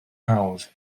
hawdd